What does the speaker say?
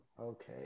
Okay